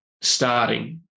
starting